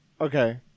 Okay